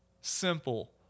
Simple